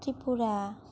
Tripura